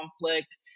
conflict